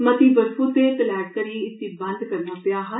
मती बर्फू ते तलहैट करी इसी बंद करना पेया हा